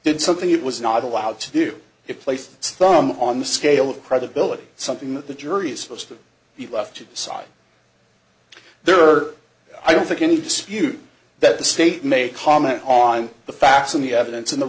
did something it was not allowed to do it placed stumm on the scale of credibility something that the jury is supposed to be left to decide there are i don't think any dispute that the state may comment on the facts and the evidence in the